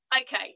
Okay